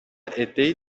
عدهای